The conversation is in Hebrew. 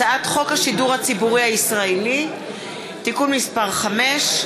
הצעת חוק השידור הציבורי הישראלי (תיקון מס' 5),